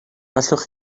allwch